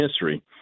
history